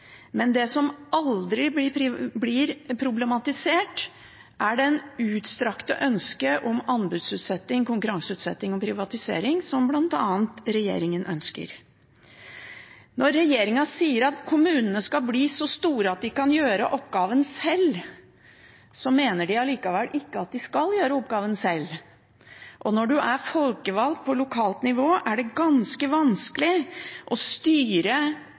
Det som imidlertid aldri blir problematisert, er det ustrakte ønsket om anbudsutsetting, konkurranseutsetting og privatisering – som bl.a. regjeringen ønsker. Når regjeringen sier at kommunene skal bli så store at de kan gjøre oppgaven sjøl, mener de allikevel ikke at de skal gjøre oppgaven sjøl. Og når man er folkevalgt på lokalt nivå, er det ganske vanskelig å styre